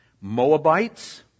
Moabites